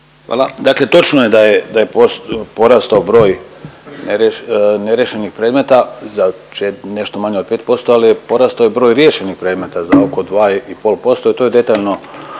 Dakle, točno je da je porastao broj neriješenih predmeta za nešto manje od 5%, ali je porastao i broj riješenih predmeta za oko 2 i pol posto. To je detaljno